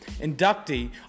inductee